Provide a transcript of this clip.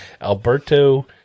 Alberto